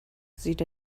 sieht